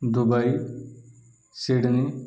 Dubai Sydney